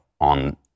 on